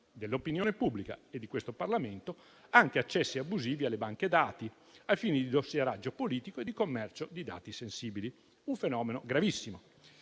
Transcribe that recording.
dell'opinione pubblica e di questo Parlamento anche accessi abusivi alle banche dati ai fini di dossieraggio politico e di commercio di dati sensibili: un fenomeno gravissimo.